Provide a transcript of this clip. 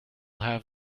have